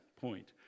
point